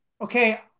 Okay